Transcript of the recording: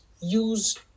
use